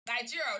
Nigeria